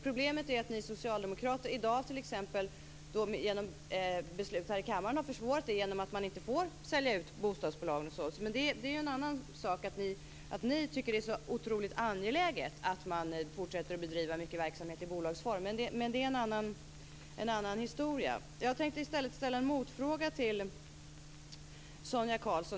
Problemet är att ni socialdemokrater, t.ex. i dag genom beslut här i kammaren, har försvårat det genom att man inte får sälja ut bostadsbolag. Ni tycker att det är så otroligt angeläget att man fortsätter att bedriva mycket verksamhet i bolagsform men det är en annan historia. Jag tänkte i stället rikta en motfråga till Sonia Karlsson.